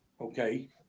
okay